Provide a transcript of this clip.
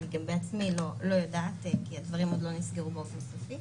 אני גם בעצמי לא יודעת כי הדברים עוד לא נסגרו באופן סופי